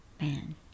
Man